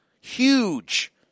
Huge